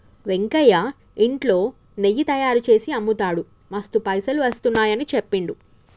వెంకయ్య ఇంట్లో నెయ్యి తయారుచేసి అమ్ముతాడు మస్తు పైసలు వస్తున్నాయని చెప్పిండు